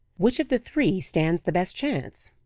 which of the three stands the best chance?